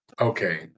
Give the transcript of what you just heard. okay